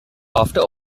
after